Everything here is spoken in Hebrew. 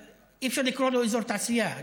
אי-אפשר לקרוא לו אזור תעשייה.